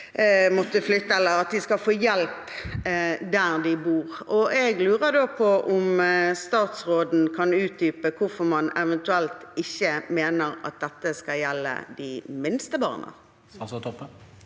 måtte flytte, at de skal få hjelp der de bor. Jeg lurer da på om statsråden kan utdype hvorfor man eventuelt ikke mener at dette skal gjelde de minste barna.